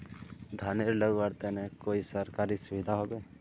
धानेर लगवार तने कोई सरकारी सुविधा होबे?